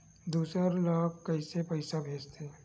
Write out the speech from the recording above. दूसरा ला कइसे पईसा भेजथे?